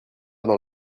dans